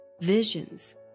visions